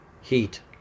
heat